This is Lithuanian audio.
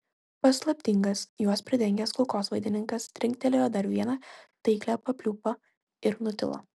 paslaptingas juos pridengęs kulkosvaidininkas trinktelėjo dar vieną taiklią papliūpą ir nutilo